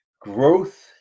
growth